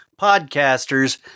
podcasters